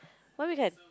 what we had